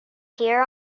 hear